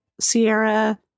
Sierra